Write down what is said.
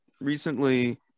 recently